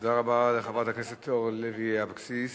תודה רבה לחברת הכנסת אורלי לוי אבקסיס